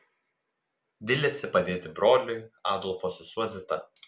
viliasi padėti broliui adolfo sesuo zita